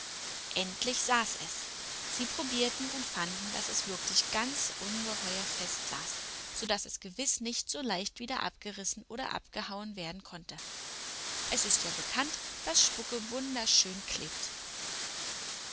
endlich saß es sie probierten und fanden daß es wirklich ganz ungeheuer fest saß so daß es gewiß nicht so leicht wieder abgerissen oder abgehauen werden konnte es ist ja bekannt daß spucke wunderschön klebt